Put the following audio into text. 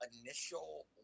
initial